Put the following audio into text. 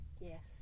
Yes